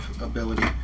ability